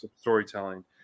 storytelling